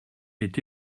est